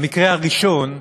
במקרה הראשון,